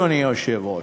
אדוני היושב-ראש,